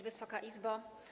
Wysoka Izbo!